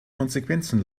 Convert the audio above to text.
konsequenzen